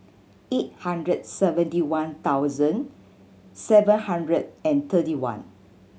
eight hundred seventy one thousand seven hundred and thirty one